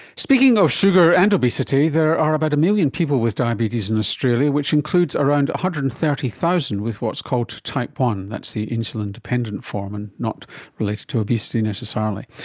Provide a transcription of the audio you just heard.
speaking of sugar and obesity, there are about a million people with diabetes in australia, which includes around one hundred and thirty thousand with what's called type one, that's the insulin-dependent form and not related to obesity necessarily.